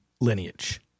lineage